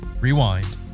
rewind